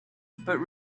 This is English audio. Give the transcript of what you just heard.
but